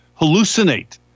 hallucinate